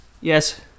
Yes